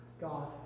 God